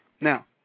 Now